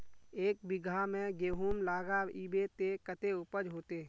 एक बिगहा में गेहूम लगाइबे ते कते उपज होते?